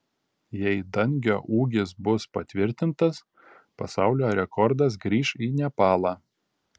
jei dangio ūgis bus patvirtintas pasaulio rekordas grįš į nepalą